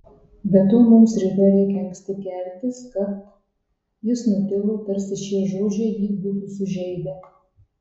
be to mums rytoj reikia anksti keltis kad jis nutilo tarsi šie žodžiai jį būtų sužeidę